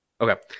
Okay